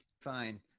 fine